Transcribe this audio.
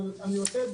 אבל אני רוצה,